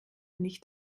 nicht